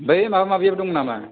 बै माबा माबियाबो दं नामा